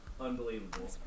Unbelievable